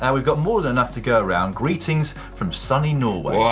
and we've got more than enough to go around. greetings from sunny norway. wow,